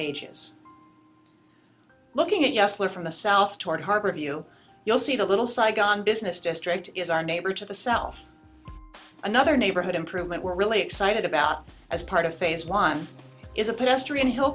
ages looking at us live from the south toward harbor view you'll see the little saigon business district is our neighbor to the south another neighborhood improvement we're really excited about as part of phase one is a